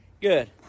Good